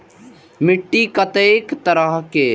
मिट्टी कतेक तरह के?